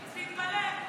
תתפלא.